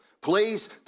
Please